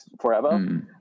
forever